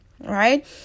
right